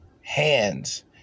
hands